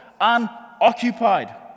Unoccupied